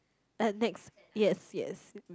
uh next yes yes